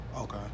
Okay